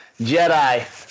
Jedi